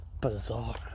bizarre